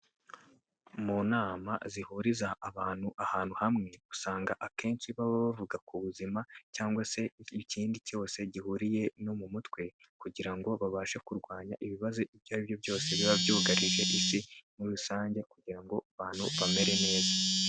Mu nama zihuriza abantu ahantu hamwe, usanga akenshi baba bavuga ku buzima cyangwa se ikindi cyose gihuriye no mu mutwe kugira ngo babashe kurwanya ibibazo ibyo aribyo byose biba byugarije Isi muri rusange kugira ngo abantu bamere neza.